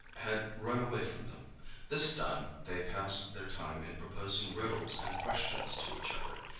had run away from them this done, they passed their time in proposing riddles and questions to each other,